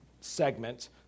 segment